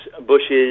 bushes